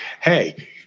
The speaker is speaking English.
Hey